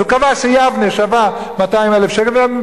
אז הוא קבע שיבנה שווה 200,000 שקלים,